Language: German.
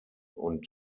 und